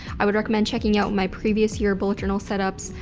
i would recommend checking out my previous year bullet journal setups.